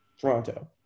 Toronto